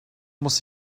muss